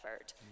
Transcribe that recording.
effort